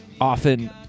often